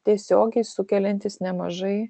tiesiogiai sukeliantis nemažai